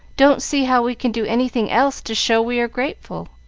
don't see how we can do anything else to show we are grateful.